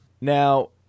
Now